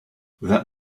that